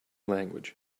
language